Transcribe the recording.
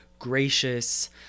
gracious